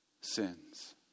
sins